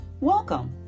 Welcome